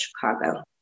Chicago